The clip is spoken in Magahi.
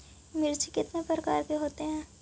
मिर्ची कितने प्रकार का होता है?